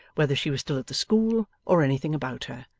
whether she was still at the school, or anything about her.